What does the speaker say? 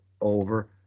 over